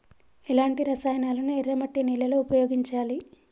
ఎలాంటి రసాయనాలను ఎర్ర మట్టి నేల లో ఉపయోగించాలి?